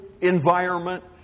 environment